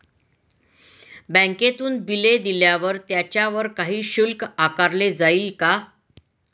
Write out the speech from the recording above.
बँकेतून बिले दिल्यावर त्याच्यावर काही शुल्क आकारले जाईल का?